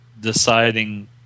deciding